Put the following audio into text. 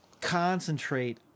concentrate